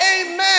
amen